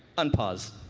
unpause.